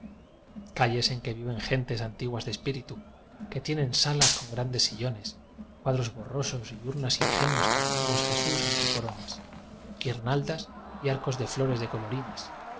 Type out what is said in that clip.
calles en que viven gentes antiguas de espíritu que tienen salas con grandes sillones cuadros borrosos y urnas ingenuas con niños jesús entre coronas guirnaldas y arcos de flores de colorines